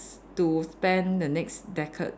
to spend the next decade